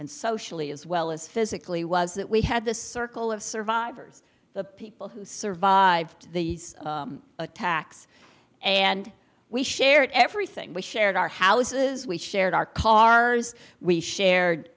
and socially as well as physically was that we had this circle of survivors the people who survived the attacks and we shared everything we shared our houses we shared our cars we shared